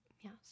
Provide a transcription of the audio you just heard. yes